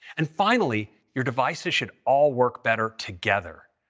and finally, your devices should all work better together,